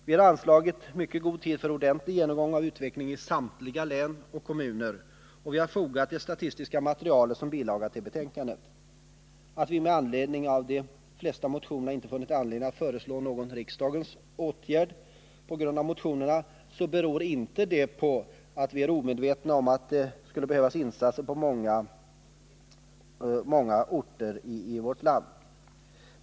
Vi har anslagit mycket god tid för ordentlig genomgång av utvecklingen av samtliga län och kommuner, och vi har fogat det statistiska materialet som bilaga till betänkandet. Att det inte varit befogat att föreslå någon riksdagens åtgärd med anledning av de flesta motionerna beror inte på att vi är omedvetna om att det skulle behövas insatser på många orter i vårt land.